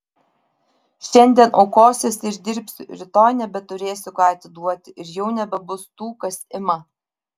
šiandien aukosiuosi ir dirbsiu rytoj nebeturėsiu ką atiduoti ir jau nebebus tų kas ima